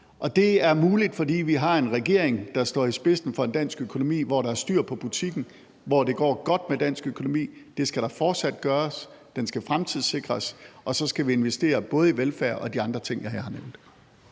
Det er muligt, fordi vi har en regering, der står i spidsen for en dansk økonomi, hvor der er styr på butikken, og hvor det går godt med dansk økonomi. Det skal det fortsat, den skal fremtidssikres, og så skal vi investere både i velfærd og de andre ting, jeg har nævnt